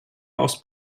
aus